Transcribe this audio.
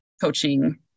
coaching